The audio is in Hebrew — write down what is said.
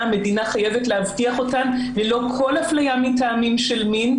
המדינה חייבת להבטיח אותן ללא כל אפליה מטעמים של מין,